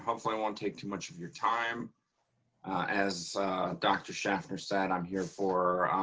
hopefully i won't take too much of your time as dr. schaffner said, i'm here for